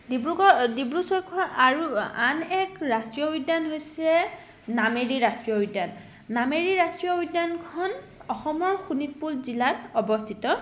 ডিব্ৰুগড় ডিব্ৰু ছৈখোৱা আৰু আন এক ৰাষ্ট্ৰীয় উদ্যান হৈছে নামেৰি ৰাষ্ট্ৰীয় উদ্যান নামেৰি ৰাষ্ট্ৰীয় উদ্যানখন অসমৰ শোণিতপুৰ জিলাত অৱস্থিত